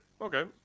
Okay